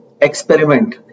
experiment